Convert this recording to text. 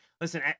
listen